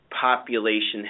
population